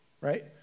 right